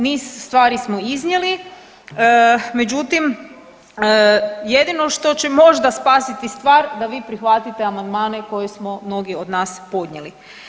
Niz stvari smo iznijeli, međutim jedino što će možda spasiti stvar da vi prihvatite amandmane koje smo mnogi od nas podnijeli.